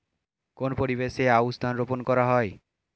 কোন পরিবেশে আউশ ধান রোপন করা হয়?